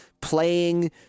playing